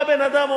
בא בן-אדם,